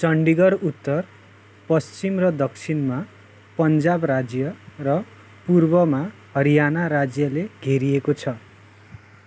चण्डीगढ उत्तर पश्चिम र दक्षिणमा पन्जाब राज्य र पूर्वमा हरियाणा राज्यले घेरिएको छ